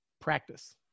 Practice